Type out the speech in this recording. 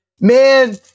man